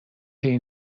این